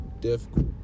difficult